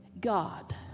God